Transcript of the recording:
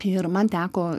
ir man teko